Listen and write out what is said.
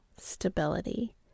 stability